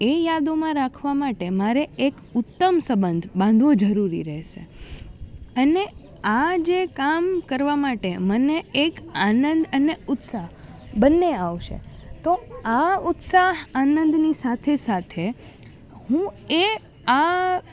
એ યાદોમાં રાખવા માટે મારે એક ઉત્તમ સબંધ બાંધવો જરૂરી રહેશે અને આ જે કામ કરવા માટે મને એક આનંદ અને ઉત્સાહ બંને આવશે તો આ ઉત્સાહ આનંદની સાથે સાથે હું એ આ